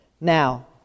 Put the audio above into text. Now